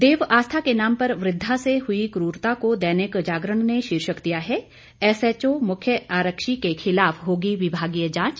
देव आस्था के नाम पर वृद्धा से हुई कूरता को दैनिक जागरण ने शीर्षक दिया है एसएचओ मुख्य आरक्षी के खिलाफ होगी विभागीय जांच